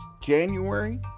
January